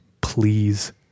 please